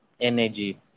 energy